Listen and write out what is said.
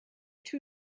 two